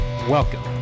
Welcome